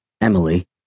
Emily